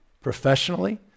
professionally